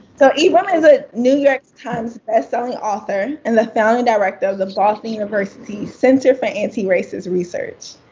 so, ibram is a new york times bestselling author and the founding director of the boston university center for antiracist research.